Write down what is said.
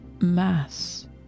Mass